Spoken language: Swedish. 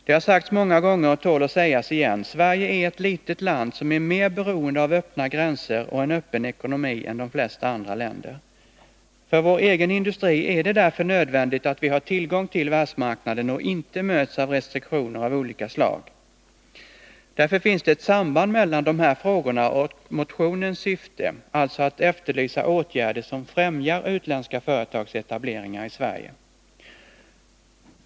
Det har sagts många gånger och tål att sägas igen: Sverige är ett litet land som är mer beroende av öppna gränser och en öppen ekonomi än de flesta andra länder. För vår egen industri är det därför nödvändigt att vi har tillgång till världsmarknaden och inte möts av restriktioner av olika slag. Därför finns det ett samband mellan de här frågorna och motionens syfte, alltså att efterlysa åtgärder som främjar utländska företags etableringar i Sverige.